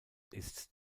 ist